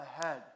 ahead